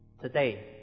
today